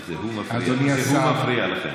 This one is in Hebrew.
זה הוא מפריע לכם.